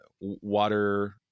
water